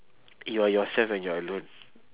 you are yourself when you're alone